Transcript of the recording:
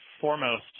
foremost